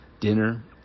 dinner